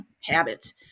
habits